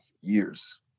years